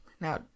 Now